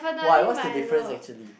why what's the difference actually